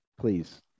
please